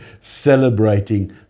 celebrating